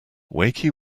wakey